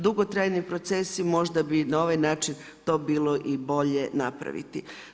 Dugotrajni procesi možda bi na ovaj način to bilo i bolje napraviti.